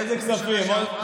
איזה כספים?